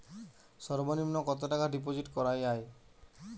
সর্ব নিম্ন কতটাকা ডিপোজিট করা য়ায়?